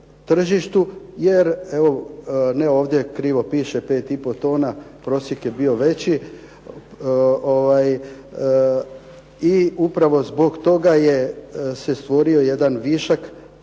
tržištu jer, evo, ne, ovdje krivo piše 5,5 tona, prosjek je bio veći, i upravo zbog toga je se stvorio jedan višak